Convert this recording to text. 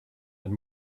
and